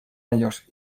ellos